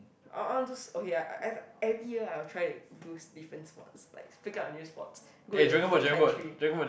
I I wanna do s~ okay ah I I every year I'll try to do different sports like pick up a new sports go the different country